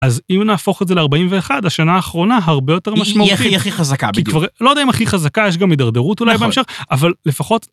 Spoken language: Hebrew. אז אם נהפוך את זה ל-41, השנה האחרונה הרבה יותר משמעותית. היא הכי הכי חזקה, בדיוק. כי כבר, לא יודע אם הכי חזקה, יש גם הידרדרות אולי בהמשך, אבל לפחות...